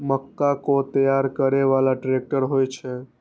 मक्का कै तैयार करै बाला ट्रेक्टर होय छै?